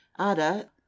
Ada